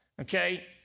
Okay